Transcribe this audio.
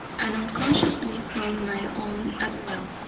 and unconsciously from my own as well.